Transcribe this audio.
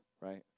right